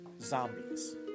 zombies